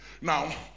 Now